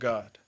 God